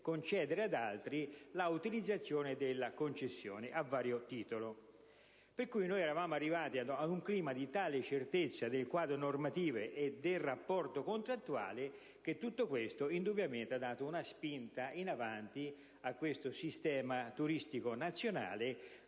di cedere ad altri l'utilizzazione della concessione stessa a vario titolo. Si era pertanto arrivati ad un clima di tale certezza del quadro normativo e del rapporto contrattuale che, indubbiamente, ha dato una spinta in avanti al sistema turistico nazionale,